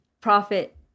Profit